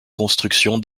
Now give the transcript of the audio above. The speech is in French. construction